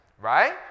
right